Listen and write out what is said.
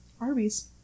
Arby's